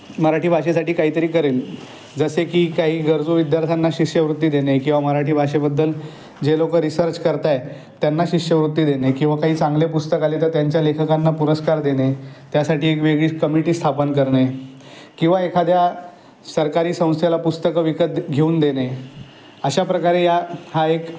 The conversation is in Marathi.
मराठी भाषेसाठी काहीतरी करेल जसे की काही गरजू विद्यार्थ्यांना शिष्यवृत्ती देणे किंवा मराठी भाषेबद्दल जे लोक रिसर्च करत आहेत त्यांना शिष्यवृत्ती देणे किंवा जर चांगले पुस्तक आले तर त्यांच्या लेखकांना पुरस्कार देणे त्यासाठी एक वेगळी कमिटी स्थापन करणे किंवा एखाद्या सरकारी संस्थेला पुस्तकं विकत घेऊन देणे अशा प्रकारे या हा एक